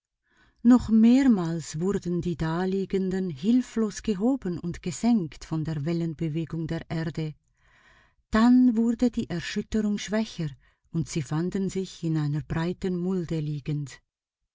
noch mehrmals wurden die daliegenden hilflos gehoben und gesenkt von der wellenbewegung der erde dann wurde die erschütterung schwächer und sie fanden sich in einer breiten mulde liegend